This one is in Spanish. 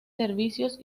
servicios